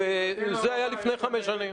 וזה היה לפני חמש שנים.